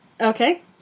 Okay